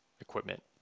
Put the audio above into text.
equipment